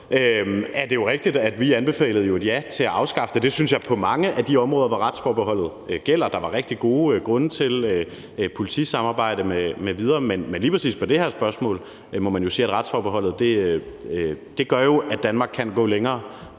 er det jo rigtigt, at vi anbefalede et ja til at afskaffe det, og der synes jeg, at der på mange af de områder, hvor retsforbeholdet gælder, var rigtig gode grunde til det, f.eks. politisamarbejdet m.v. Men lige præcis i det her spørgsmål må man jo sige at retsforbeholdet gør, at Danmark kan gå længere